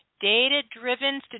Data-driven